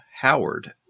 Howard